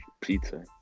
Pizza